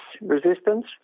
resistance